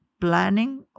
planning